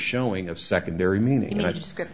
showing of secondary meaning i just get